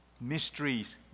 Mysteries